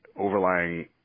overlying